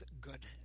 good